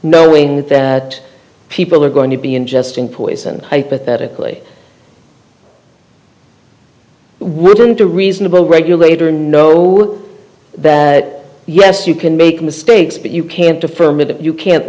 knowing that people are going to be ingesting poison hypothetically we're going to reasonable regulator know that yes you can make mistakes but you can't affirmative you can't